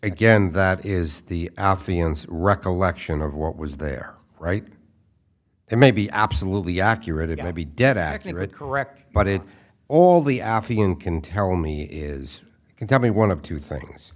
again that is the affianced recollection of what was there right it may be absolutely accurate and i'd be dead accurate correct but it all the aphelion can tell me is can tell me one of two things